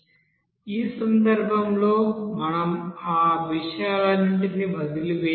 ఈ సందర్భంలో మనం ఆ విషయాలన్నింటినీ వదిలివేయవచ్చు